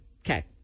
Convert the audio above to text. Okay